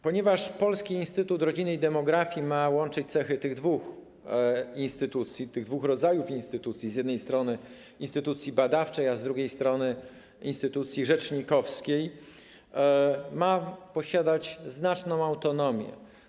Ponieważ Polski Instytut Rodziny i Demografii ma łączyć cechy tych dwóch rodzajów instytucji, z jednej strony instytucji badawczej, a z drugiej strony instytucji rzecznikowskiej, ma on posiadać znaczną autonomię.